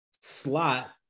slot